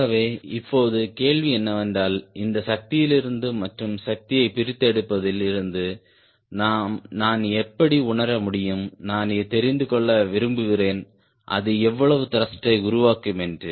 ஆகவே இப்போது கேள்வி என்னவென்றால் இந்த சக்தியிலிருந்து மற்றும் சக்தியைப் பிரித்தெடுப்பதில் இருந்து நான் எப்படி உணர முடியும் நான் தெரிந்து கொள்ள விரும்புகிறேன் அது எவ்வளவு த்ருஷ்ட்டை உருவாக்கும் என்று